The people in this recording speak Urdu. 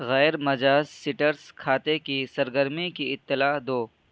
غیر مجاز سٹرس کھاتے کی سرگرمی کی اطلاع دو